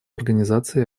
организации